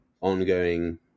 ongoing